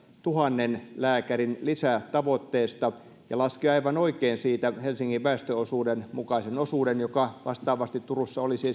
tuhannen lääkärin lisätavoitteesta ja laski aivan oikein siitä helsingin väestöosuuden mukaisen osuuden joka vastaavasti esimerkiksi turussa olisi